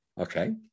okay